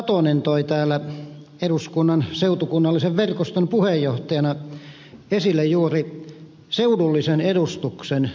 satonen toi täällä eduskunnan seutukunnallisen verkoston puheenjohtajana esille juuri seudullisen edustuksen parlamentissa